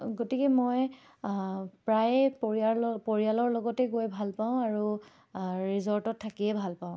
গতিকে মই প্ৰায়ে পৰিয়াল পৰিয়ালৰ লগতে গৈ ভাল পাওঁ আৰু ৰিজৰ্টত থাকিয়েই ভাল পাওঁ